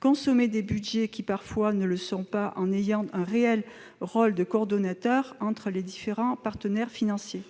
consommer des budgets qui, parfois, ne le sont pas, en ayant un réel rôle de coordinateur entre les différents partenaires financiers.